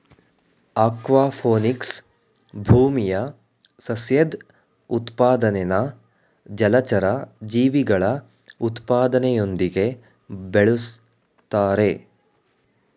aquaponics ಭೂಮಿಯ ಸಸ್ಯದ್ ಉತ್ಪಾದನೆನಾ ಜಲಚರ ಜೀವಿಗಳ ಉತ್ಪಾದನೆಯೊಂದಿಗೆ ಬೆಳುಸ್ತಾರೆ